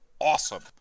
awesome